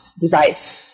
device